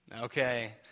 Okay